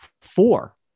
four